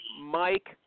Mike